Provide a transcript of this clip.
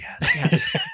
yes